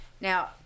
Now